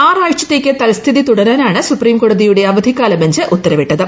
ആറാഴ്ചത്തേക്ക് തൽസ്ഥിതി തുടരാനാണ് സുപ്രീംകോടതിയുടെ അവധിക്കാല ബഞ്ച് ഉത്തരവിട്ടത്